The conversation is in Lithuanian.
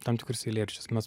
tam tikrus eilėraščius mes